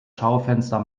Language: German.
schaufenster